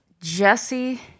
Jesse